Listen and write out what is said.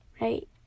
right